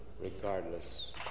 regardless